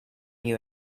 you